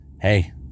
hey